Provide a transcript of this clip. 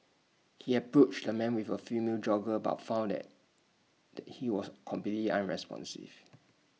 he approached the man with A female jogger but found that that he was completely unresponsive